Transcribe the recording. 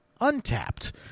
untapped